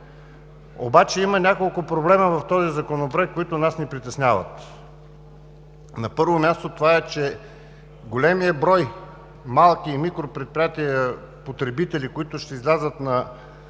Обаче има няколко проблема в този законопроект, които ни притесняват. На първо място, че големият брой малки и микропредприятия, потребители, които ще излязат на